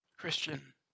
Christian